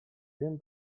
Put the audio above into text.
wiem